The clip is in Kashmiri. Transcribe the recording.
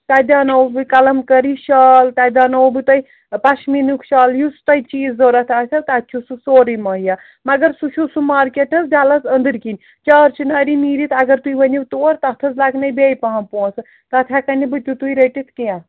تَتہِ دیٚاناوَو بہٕ کَلَم کٲری شال تَتہِ دیٚاناوَو بہٕ تۄہہِ پَشمیٖنُک شال یُس تۄہہِ چیٖز ضوٚرَتھ آسیو تَتہِ چھُ سُہ سورُے مُہیا مگر سُہ چھُو سُہ مارکیٹ حظ ڈَلَس أنٛدٕرۍ کِنۍ چار چِناری نیٖرِتھ اگر تُہۍ ؤنِو تور تَتھ حظ لَگنَے بیٚیہِ پَہَم پونٛسہٕ تَتھ ہٮ۪کَے نہٕ بہٕ تیُتُے رٔٹِتھ کیٚنٛہہ